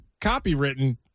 copywritten